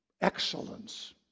excellence